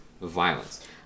violence